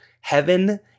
heaven